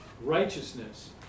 righteousness